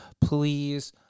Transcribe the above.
please